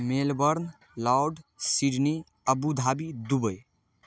Melbourne lords Sydney Abu Dhabi Dubai